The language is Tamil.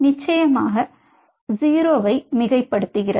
நிச்சயமாக 0 ஐ மிகைப்படுத்துகிறது